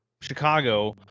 chicago